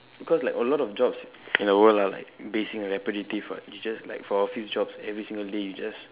because like a lot of jobs in our world are like basic and repetitive what you just like for office jobs every single day you just like